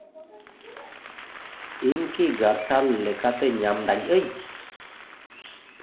ᱤᱧ ᱠᱤ ᱜᱟᱨᱥᱟᱨ ᱞᱮᱠᱟᱛᱮ ᱧᱟᱢ ᱫᱟᱲᱮᱭᱟᱜ ᱟᱹᱧ